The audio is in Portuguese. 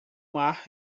mar